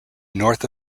north